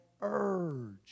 urged